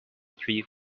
three